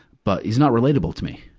but he's not relatable to me.